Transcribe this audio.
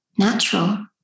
natural